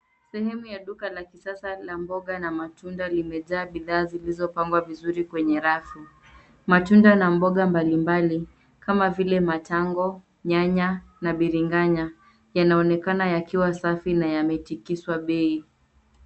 Sehemu ya duka la kisasa la mboga na matunda, limejaa bidhaa zilizopangwa vizuri kwenye rafu. Matunda na mboga mbalimbali kama vile matango, nyanya na biringanya yanaonekana yakiwa safi na yametikizwa bei.